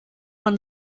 man